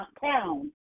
town